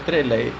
err